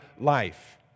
life